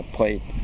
plate